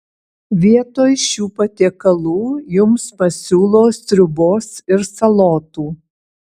vietoj šių patiekalų jums pasiūlo sriubos ir salotų